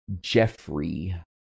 Jeffrey